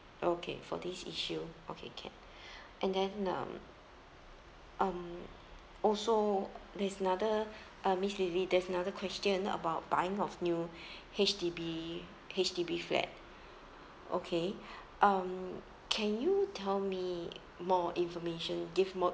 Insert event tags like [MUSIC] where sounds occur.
okay for this issue okay can [BREATH] and then um um also there's another uh miss lily there's another question about buying of new H_D_B H_D_B flat okay um can you tell me more information give more